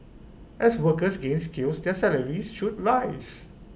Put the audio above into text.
as workers gain skills their salaries should rise